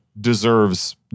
deserves